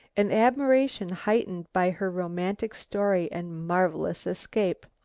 an admiration heightened by her romantic story and marvelous escape.